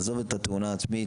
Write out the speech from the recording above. עזוב את התאונה העצמית,